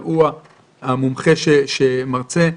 אבל הוא המומחה שמרצה.